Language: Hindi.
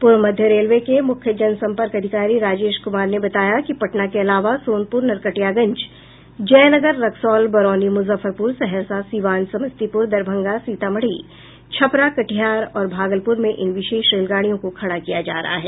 पूर्व मध्य रेलवे के मुख्य जनसंपर्क अधिकारी राजेश कुमार ने बताया कि पटना के अलावा सोनपुर नरकटियागंज जयनगर रक्सौल बरौनी मुजफ्फरपुर सहरसा सीवान समस्तीपुर दरभंगा सीतामढ़ी छपरा कटिहार और भागलपुर में इन विशेष रेलगाड़ियों को खड़ा किया जा रहा है